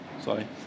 Sorry